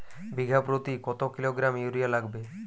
বিঘাপ্রতি কত kilogram urea লাগবে?